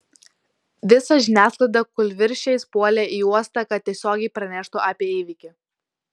visa žiniasklaida kūlvirsčiais puolė į uostą kad tiesiogiai praneštų apie įvykį